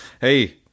Hey